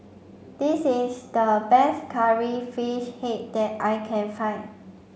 this is the best curry fish head that I can find